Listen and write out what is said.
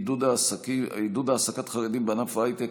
עידוד העסקת חרדים בענף ההייטק,